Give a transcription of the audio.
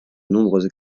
nombreuses